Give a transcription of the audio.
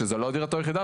שזו לא דירתם היחידה,